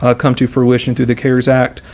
ah come to fruition through the cares act.